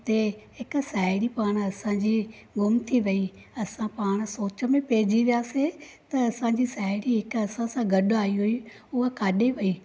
हुते हिकु साहेड़ी पाण असांजी गुम थी वई असां पाण सोच में पइजी वियासीं त असांजी साहेड़ी हिक असां सां गॾु आई हुई उहा किथे वई